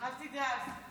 אל תדאג, תודה רבה,